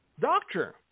Doctor